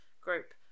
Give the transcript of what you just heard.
group